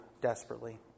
desperately